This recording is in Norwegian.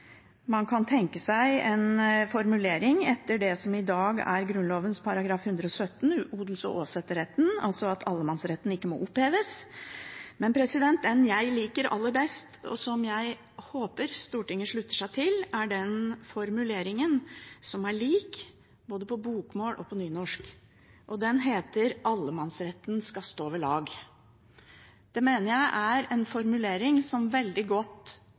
Man kan tenke seg en formulering etter det som i dag er Grunnloven § 117, om odels- og åsetesretten: «Allemannsretten må ikke oppheves.» Men den jeg liker aller best, og som jeg håper Stortinget slutter seg til, er denne formuleringen, som er lik på bokmål og nynorsk: «Allemannsretten skal stå ved lag.» Det mener jeg er en formulering som på en veldig